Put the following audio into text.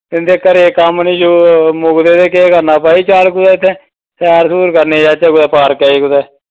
इं'दे घरै दे कम्म निं मुक्कदे ते केह् करना भाई चल कुदै पास्सै सैर सूर करने ई जाचै पार्कै च कुदै